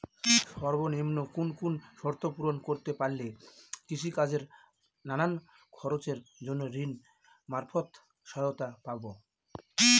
সর্বনিম্ন কোন কোন শর্ত পূরণ করতে পারলে কৃষিকাজের নানান খরচের জন্য ঋণ মারফত সহায়তা পাব?